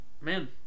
man